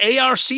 ARC